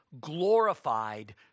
glorified